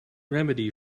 remedy